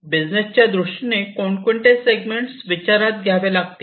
बिझनेसच्या दृष्टीने कोणकोणती सेगमेंट विचारात घ्यावे लागतील